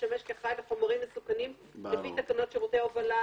לשמש כאחראי לחומרים מסוכנים לפי תקנות שירותי הובלה,